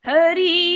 Hari